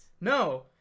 No